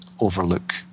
overlook